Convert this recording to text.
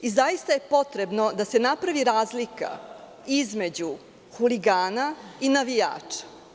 Zaista je potrebno da se napravi razlika između huligana i navijača.